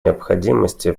необходимости